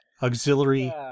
Auxiliary